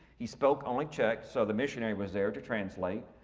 he spoke only czech so the missionary was there to translate.